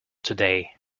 today